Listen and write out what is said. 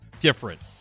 different